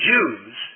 Jews